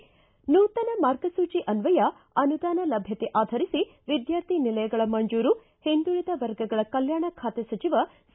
ಿ ನೂತನ ಮಾರ್ಗಸೂಚಿ ಅನ್ನಯ ಅನುದಾನ ಲಭ್ಯತೆ ಆಧರಿಸಿ ವಿದ್ಯಾರ್ಥಿ ನಿಲಯಗಳ ಮಂಜೂರು ಹಿಂದುಳಿದ ವರ್ಗಗಳ ಕಲ್ಲಾಣ ಖಾತೆ ಸಚಿವ ಸಿ